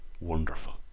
wonderful